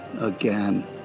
again